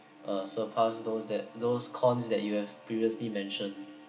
uh surpass those that those cons that you have previously mentioned